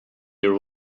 your